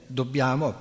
dobbiamo